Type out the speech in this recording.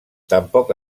tampoc